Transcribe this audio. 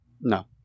No